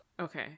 Okay